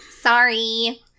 Sorry